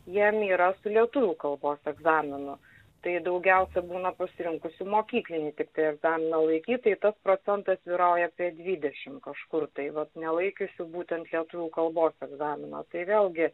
jiem yra su lietuvių kalbos egzaminu tai daugiausia būna pasirinkusių mokyklinį tiktai egzaminą laikyt tai tas procentas vyrauja apie dvidešim kažkur tai vat nelaikiusių būtent lietuvių kalbos egzamino tai vėlgi